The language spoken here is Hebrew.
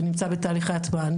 ונמצא בתהליכי הטמעה.